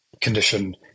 condition